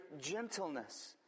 gentleness